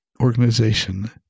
organization